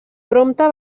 prompte